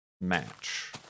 match